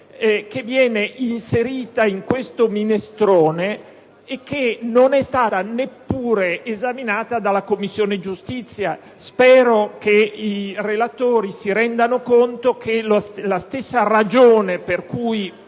che viene inserita in questo «minestrone» e non è stata neppure esaminata dalla Commissione giustizia. Spero che i relatori si rendano conto che la stessa ragione per cui